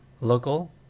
local